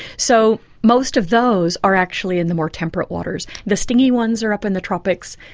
so most of those are actually in the more temperate waters. the stinging ones are up in the tropics.